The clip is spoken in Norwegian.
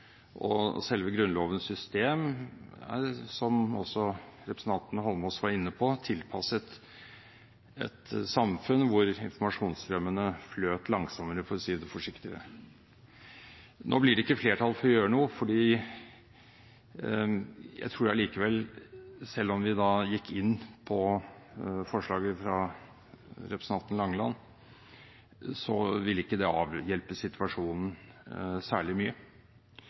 være. Selve Grunnlovens system, som også representanten Holmås var inne på, er tilpasset et samfunn der informasjonsstrømmene fløt langsommere, for å si det forsiktig. Nå blir det ikke flertall for å gjøre noe, for jeg tror at selv om vi gikk inn for forslaget fra representanten Langeland, ville ikke det avhjelpe situasjonen særlig mye.